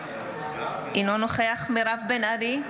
אינו נוכח מירב בן ארי,